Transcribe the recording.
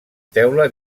teula